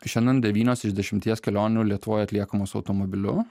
šiandien devynios iš dešimties kelionių lietuvoje atliekamos automobiliu